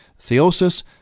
Theosis